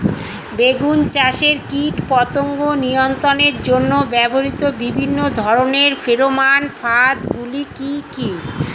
বেগুন চাষে কীটপতঙ্গ নিয়ন্ত্রণের জন্য ব্যবহৃত বিভিন্ন ধরনের ফেরোমান ফাঁদ গুলি কি কি?